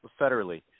federally